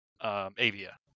avia